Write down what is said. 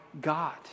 God